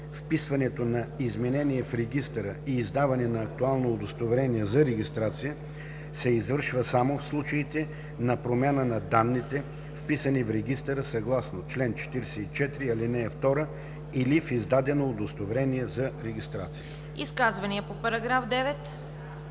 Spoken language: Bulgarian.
„Вписването на изменение в регистъра и издаване на актуално удостоверение за регистрация се извършва само в случаите на промяна на данните, вписани в регистъра съгласно чл. 44, ал. 2 или в издадено удостоверение за регистрация.“ ПРЕДСЕДАТЕЛ